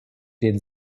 den